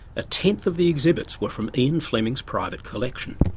a tenth of the exhibits were from ian fleming's private collection,